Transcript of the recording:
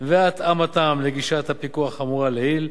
והתאמתם לגישת הפיקוח האמורה לעיל.